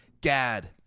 Gad